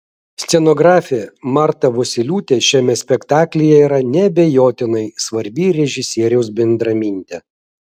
scenografė marta vosyliūtė šiame spektaklyje yra neabejotinai svarbi režisieriaus bendramintė